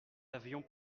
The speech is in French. avions